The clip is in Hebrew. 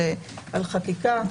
על החקיקה,